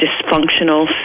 dysfunctional